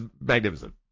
magnificent